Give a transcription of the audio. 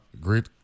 great